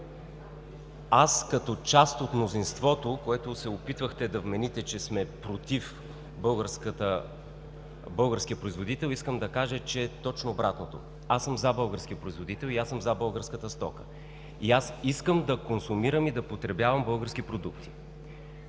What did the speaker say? Аз, като част от мнозинството, на което се опитвахте да вмените, че сме против българския производител, искам да кажа, че е точно обратното. Аз съм „за” българския производител и аз съм „за” българската стока, и аз искам да консумирам и да потребявам български продукти.